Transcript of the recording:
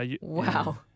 Wow